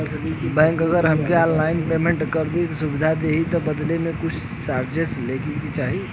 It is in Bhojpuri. बैंक अगर हमके ऑनलाइन पेयमेंट करे के सुविधा देही त बदले में कुछ चार्जेस लेही का?